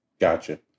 Gotcha